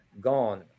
Gone